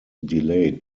delayed